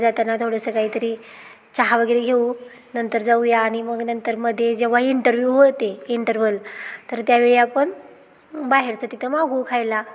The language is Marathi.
जाताना थोडंसं काहीतरी चहा वगैरे घेऊ नंतर जाऊया आणि मग नंतर मध्ये जेव्हा इंटरव्ह्यू होते इंटरवल तर त्यावेळी आपण बाहेरचं तिथं मागवू खायला